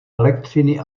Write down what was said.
elektřiny